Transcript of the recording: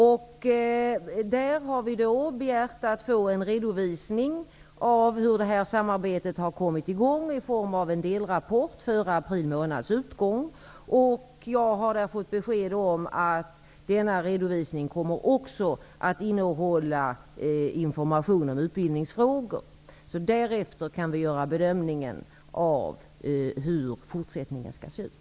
Vi har begärt att i form av en delrapport få en redovisning före april månads utgång av hur detta samarbete har kommit i gång. Jag har fått besked om att denna redovisning också kommer att innehålla information om utbildningsfrågor. Därefter kan vi göra bedömningen av hur fortsättningen skall se ut.